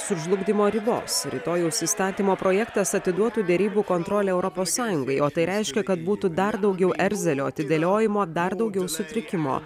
sužlugdymo ribos rytojaus įstatymo projektas atiduotų derybų kontrolę europos sąjungai o tai reiškia kad būtų dar daugiau erzelio atidėliojimo dar daugiau sutrikimo